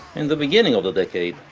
in the beginning of the decade,